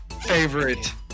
favorite